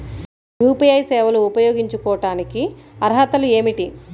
UPI సేవలు ఉపయోగించుకోటానికి అర్హతలు ఏమిటీ?